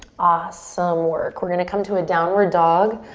awesome work. we're gonna come to a downward dog.